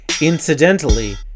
Incidentally